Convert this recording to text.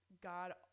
God